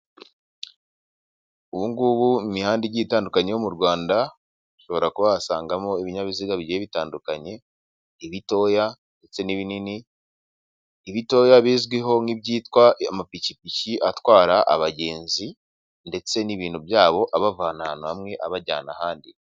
Ubu ngubu imihanda igiye itandukanye yo mu Rwanda ushobora kuhasangamo ibinyabiziga bigiye bitandukanye, ibitoya ndetse n'ibinini, ibitoya bizwiho nk'ibyitwa amapikipiki atwara abagenzi, ndetse n'ibintu byabo abavana hamwe abajyana ahandi.